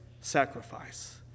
sacrifice